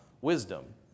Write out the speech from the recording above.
wisdom